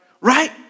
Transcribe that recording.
Right